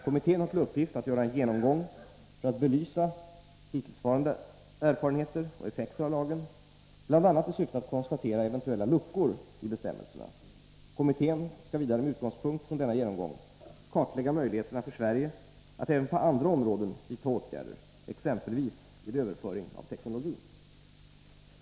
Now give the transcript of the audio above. Kommittén har till uppgift att göra en genomgång för att belysa hittillsvarande erfarenheter och effekter av lagen, bl.a. i syfte att konstarera eventuella luckor i bestämmelserna. Kommittén skall vidare med utgångspunkt i denna genomgång kartlägga möjligheterna för Sverige att även på andra områden vidta åtgärder, exempelvis vid överföring av teknologi.